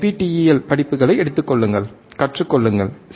NPTeL படிப்புகளை எடுத்துக் கொள்ளுங்கள் கற்றுக்கொள்ளுங்கள் சரி